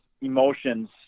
emotions